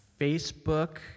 Facebook